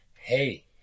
hey